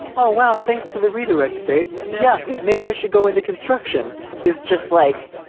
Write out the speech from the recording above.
oh, well, thanks for the redirect, babe. yeah, maybe i should go into construction is just like.